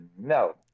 No